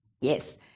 Yes